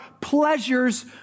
pleasures